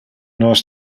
nos